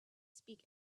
speak